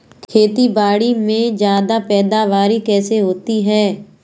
खेतीबाड़ी में ज्यादा पैदावार कैसे होती है?